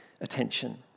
attention